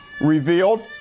revealed